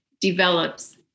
develops